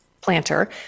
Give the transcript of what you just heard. planter